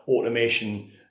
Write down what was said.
automation